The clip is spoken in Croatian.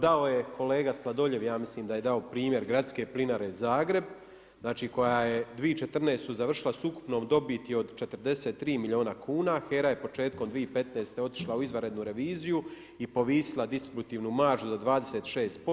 Dao je kolega Sladoljev, ja mislim da je dao primjer Gradske plinare Zagreb, znači koja je 2014. završila sa ukupnom dobiti od 43 milijuna kuna, a HERA je početkom 2015. otišla u izvanrednu reviziju i povisila distributivnu maržu za 26%